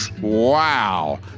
wow